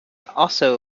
also